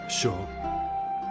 Sure